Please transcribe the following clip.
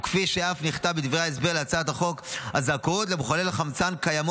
וכפי שאף נכתב בדברי ההסבר בהצעת החוק: הזכאות למחולל החמצן קיימת